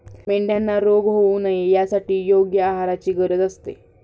मेंढ्यांना रोग होऊ नये यासाठी योग्य आहाराची गरज असते